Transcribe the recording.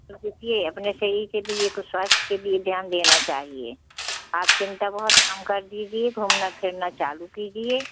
मतलब कि अपने शरीर के लिए कुछ स्वास्थ्य के लिए ध्यान देना चाहिए आप चिन्ता बहुत कम कर दीजिए घूमना फिरना चालू कीजिए